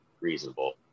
reasonable